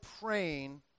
praying